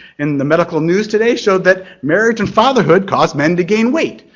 in the medical news today showed that marriage and fatherhood cause men to gain weight.